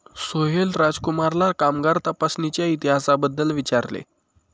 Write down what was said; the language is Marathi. सोहेल राजकुमारला कामगार तपासणीच्या इतिहासाबद्दल विचारले